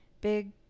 big